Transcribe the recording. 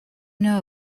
know